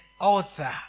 author